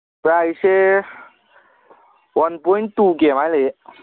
ꯄ꯭ꯔꯥꯏꯁꯁꯦ one point two ꯀꯦ ꯑꯗꯨꯃꯥꯏꯅ ꯂꯩꯌꯦ